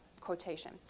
quotation